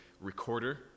recorder